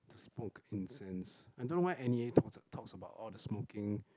smoke incense I don't know why N_E_A talks and talks about all the smoking